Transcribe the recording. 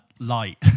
Light